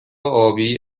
آبی